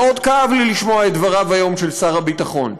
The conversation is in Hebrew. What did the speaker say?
מאוד כאב לי לשמוע היום את דבריו של שר הביטחון היום,